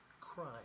crime